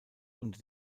unter